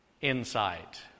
insight